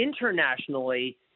Internationally